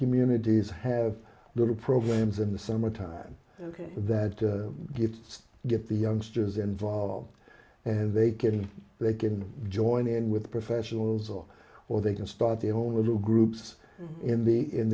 communities have little programs in the summer time ok that gets to get the youngsters involved and they can they can join in with professionals or or they can start their own little groups in the in